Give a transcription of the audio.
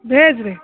ଭେଜ୍ରେ